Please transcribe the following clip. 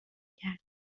کردم